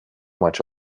much